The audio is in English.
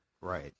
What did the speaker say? Right